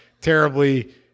terribly